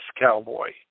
cowboy